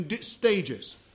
stages